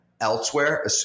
elsewhere